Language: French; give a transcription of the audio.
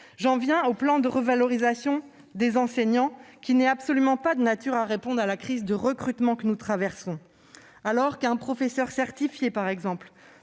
J'en viens au plan de revalorisation des enseignants, qui n'est absolument pas de nature à répondre à la crise de recrutement que nous traversons. Ainsi, alors qu'un professeur certifié, dont le